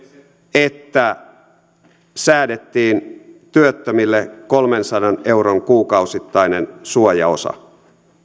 että säädettiin työttömille kolmensadan euron kuukausittainen suojaosa